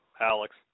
Alex